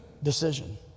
Decision